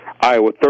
Iowa